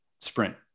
sprint